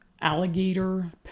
alligator